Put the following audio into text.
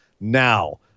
now